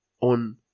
on